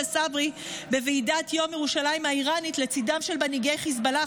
צברי בוועידת יום ירושלים האיראנית לצידם של מנהיגי חיזבאללה,